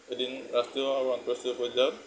এদিন ৰাষ্ট্ৰীয় আৰু আন্তঃৰাষ্ট্ৰীয় পৰ্যায়ত